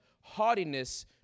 Haughtiness